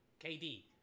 KD